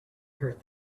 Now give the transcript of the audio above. heard